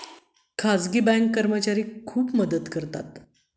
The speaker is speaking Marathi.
खाजगी बँक कर्मचारी खूप मदत करतात